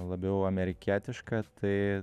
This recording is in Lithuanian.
labiau amerikietiška tai